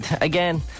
again